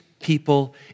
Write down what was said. people